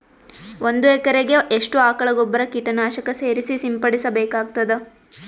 ಒಂದು ಎಕರೆಗೆ ಎಷ್ಟು ಆಕಳ ಗೊಬ್ಬರ ಕೀಟನಾಶಕ ಸೇರಿಸಿ ಸಿಂಪಡಸಬೇಕಾಗತದಾ?